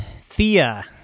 Thea